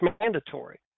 mandatory